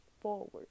forward